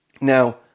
Now